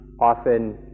often